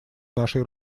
нашей